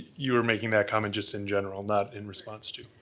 you were making that comment just in general, not in response to.